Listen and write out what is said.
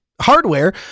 hardware